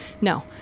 No